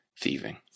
thieving